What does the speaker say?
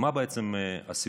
מה בעצם הסיפור?